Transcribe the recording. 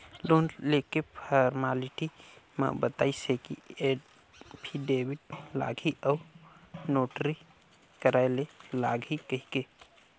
loan लेके formality म बताइस हे कि एफीडेबिड लागही अउ नोटरी कराय ले लागही कहिके